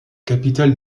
capitale